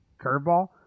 curveball